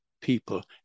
people